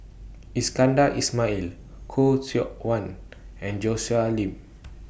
Iskandar Ismail Khoo Seok Wan and Joshua Ip